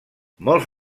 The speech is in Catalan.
molts